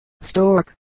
stork